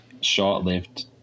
short-lived